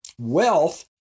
wealth